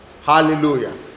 hallelujah